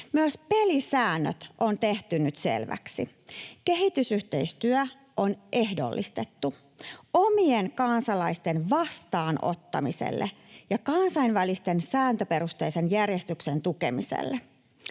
Myös pelisäännöt on tehty nyt selväksi. Kehitysyhteistyö on ehdollistettu omien kansalaisten vastaanottamiselle ja kansainvälisten sääntöperusteisen järjestyksen tukemiselle.